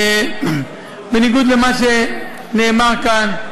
בניגוד למה שנאמר כאן,